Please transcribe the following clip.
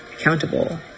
accountable